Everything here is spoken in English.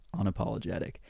unapologetic